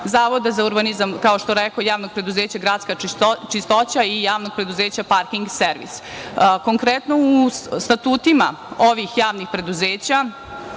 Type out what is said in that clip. Zavoda za urbanizam, kao što rekoh, Javnog preduzeća „Gradska čistoća“ i Javnog preduzeća „Parking servis“. Konkretno, u statutima ovih javnih preduzeća